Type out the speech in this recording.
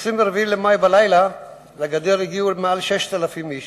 ב-24 במאי בלילה הגיעו לגדר מעל 6,000 איש.